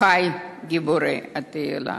אחי גיבורי התהילה.